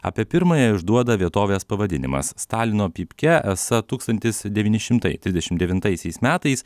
apie pirmąją išduoda vietovės pavadinimas stalino pypke esą tūkstantis devyni šitai trisdešimt devintaisiais metais